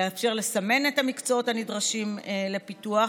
יאפשר לסמן את המקצועות הנדרשים לפיתוח,